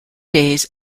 days